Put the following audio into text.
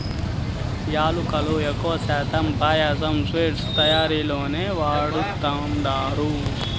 యాలుకలను ఎక్కువ శాతం పాయసం, స్వీట్స్ తయారీలోనే వాడతండారు